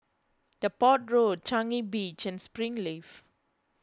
Depot Road Changi Beach and Springleaf